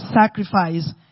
sacrifice